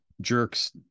jerks